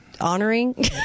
honoring